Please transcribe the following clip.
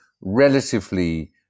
relatively